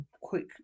quick